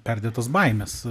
perdėtos baimės